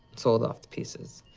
sold off the pieces.